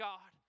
God